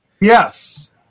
Yes